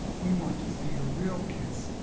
we want to see a real kiss,